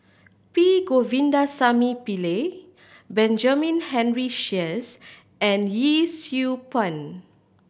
P Govindasamy Pillai Benjamin Henry Sheares and Yee Siew Pun